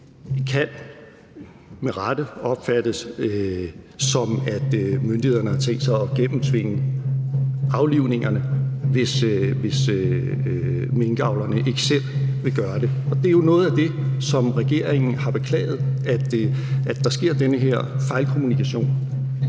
opfattes, som at myndighederne har tænkt sig at gennemtvinge aflivningerne, hvis minkavlerne ikke selv vil gøre det. Og det er jo noget af det, som regeringen har beklaget: at der sker den her fejlkommunikation.